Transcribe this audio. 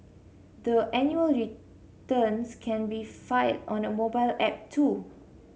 the annual returns can be filed on a mobile app too